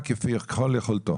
"ככל יכולתו"?